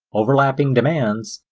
overlapping demands,